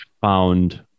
found